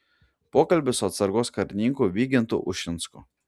pokalbis su atsargos karininku vygintu ušinsku